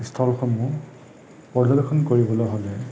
স্থলসমূহ পৰ্য্যবেক্ষণ কৰিবলৈ হ'লে